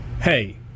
hey